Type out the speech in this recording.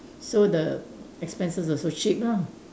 so the expenses also cheap lah